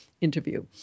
interview